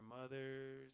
mothers